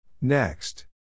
Next